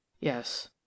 yes